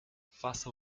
faça